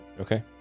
Okay